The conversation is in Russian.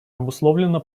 обусловлена